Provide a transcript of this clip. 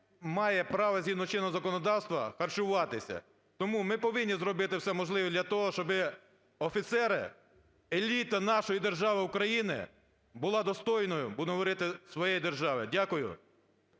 має права згідно чинного законодавства харчуватися. Тому ми повинні зробити все можливе для того, щоби офіцери – еліта нашої держави України була достойною, будемо говорити своєї держави. Дякую.